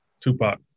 Tupac